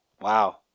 Wow